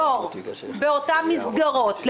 עלות ההסכמים הקואליציוניים".